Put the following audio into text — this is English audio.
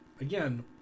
Again